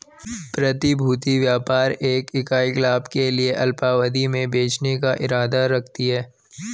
प्रतिभूति व्यापार एक इकाई लाभ के लिए अल्पावधि में बेचने का इरादा रखती है